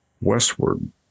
westward